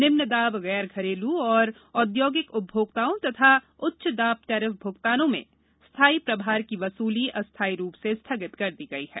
निम्न दाब गैर घरेलू और औद्योगिक उपभोक्ताओं एवं उच्च दाब टैरिफ भुगतानों में स्थायी प्रभार की वसूली अस्थायी रूप से स्थगित कर दी गई है